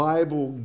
Bible